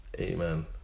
amen